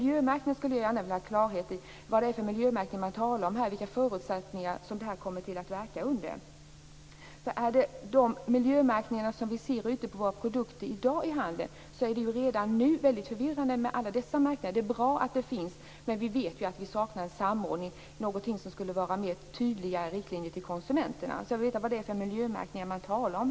Jag skulle gärna vilja ha klarhet i vilken miljömärkning det är man talar om. Under vilka förutsättningar kommer detta att verka? Är det de miljömärkningar som vi ser på produkterna ute i handeln i dag är alla dessa märkningar redan nu mycket förvirrande. Det är bra att de finns, men vi vet att vi saknar en samordning, någonting som skulle ge konsumenten tydliga riktlinjer. Jag vill veta vilka miljömärkningar det är man talar om.